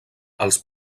els